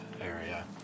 area